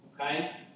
okay